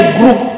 group